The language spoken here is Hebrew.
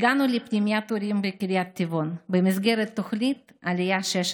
הגענו לפנימיית אורים בקריית טבעון במסגרת התוכנית "עלייה 16"